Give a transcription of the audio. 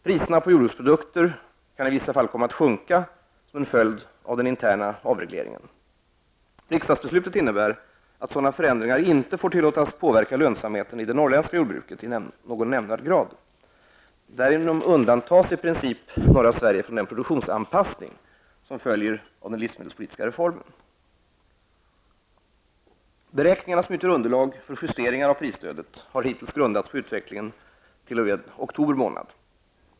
Priserna på jordbruksprodukter kan i vissa fall komma att sjunka som en följd av en intern avreglering. Riksdagsbeslutet innebär att sådana förändringar inte får tillåtas påverka lönsamheten i det norrländska jordbruket i någon nämnvärd grad. Därigenom undantas i princip norra Sverige från den produktionsanpassning som följer av den livsmedelspolitiska reformen. Beräkningarna som utgör underlag för justeringar av prisstödet har hittills grundats på utvecklingen t.o.m. oktober månad.